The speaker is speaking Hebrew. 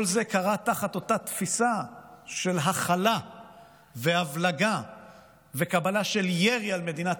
כל זה קרה תחת אותה תפיסה של הכלה והבלגה וקבלה של ירי על מדינת